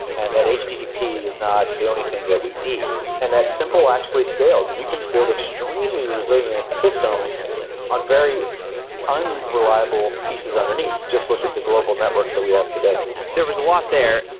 and that http is not the only thing that we need, and that simple actually scales, and you can build extremely resilient systems on very unreliable pieces underneath. just look at the global networks that we have today there was a lot there.